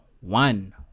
one